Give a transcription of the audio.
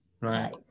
right